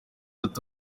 ati